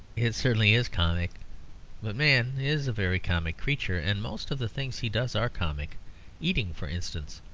it certainly is comic but man is a very comic creature, and most of the things he does are comic eating, for instance.